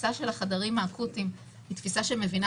התפיסה של החדרים האקוטיים היא תפיסה שמבינה